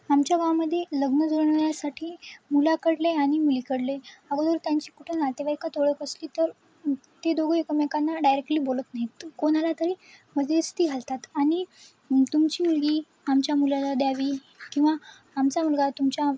आमच्या गावामध्ये लग्न जुळवण्यासाठी मुलाकडले आणि मुलीकडले अगोदर त्यांची कुठं नातेवाईकात ओळख असली तर ते दोघं एकमेकांना डायरेक्टली बोलत नाहीत कोणाला तरी मध्यस्ती घालतात आणि तुमची मुलगी आमच्या मुलाला द्यावी किंवा आमचा मुलगा तुमच्या